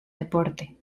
deporte